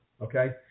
Okay